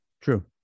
True